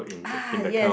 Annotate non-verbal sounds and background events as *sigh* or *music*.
*noise* ah yes